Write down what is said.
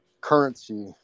currency